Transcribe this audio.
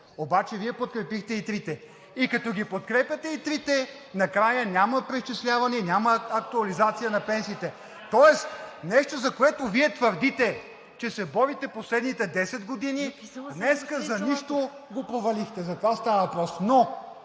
Обаче Вие подкрепихте и трите. И като ги подкрепяте и трите, накрая няма преизчисляване, няма актуализация на пенсиите. Тоест нещо, за което Вие твърдите, че се борите последните 10 години, днес за нищо го провалихте. Затова става въпрос,